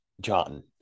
John